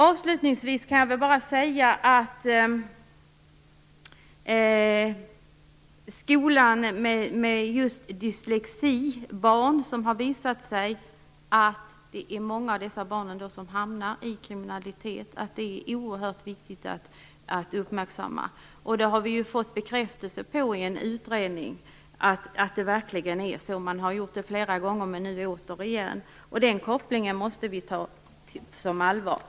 Avslutningsvis vill jag bara säga att det är oerhört viktigt att uppmärksamma att det har visat sig att många av dyslexibarnen hamnar i kriminalitet. Att det verkligen är så har vi fått bekräftelse på i flera utredningar, och nu alltså återigen. Den kopplingen måste vi ta på allvar.